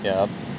yeah